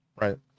right